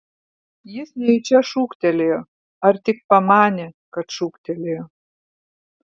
jis nejučia šūktelėjo ar tik pamanė kad šūktelėjo